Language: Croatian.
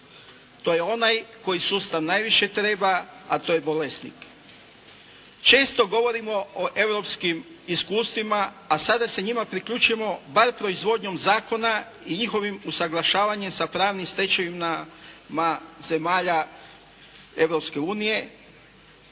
To je onaj koji sustav najviše treba, a to je bolesnik. Često govorimo europskim iskustvima a sada se njima priključujemo bar proizvodnjom zakona i njihovim usaglašavanjem sa pravnim stečevinama zemalja